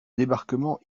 débarquement